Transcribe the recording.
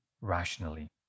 rationally